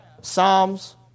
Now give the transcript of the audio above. Psalms